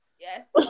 yes